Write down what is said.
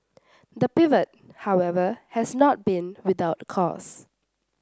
the pivot however has not been without costs